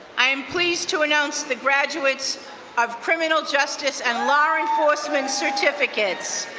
i am pleased to announce the graduates of criminal justice and law enforcement certificates.